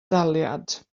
daliad